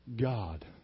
God